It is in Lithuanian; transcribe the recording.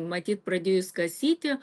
matyt pradėjus kasyti